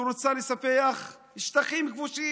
שרוצה לספח שטחים כבושים,